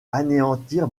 anéantir